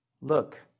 Look